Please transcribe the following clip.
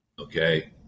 okay